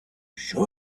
show